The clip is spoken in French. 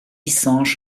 sanche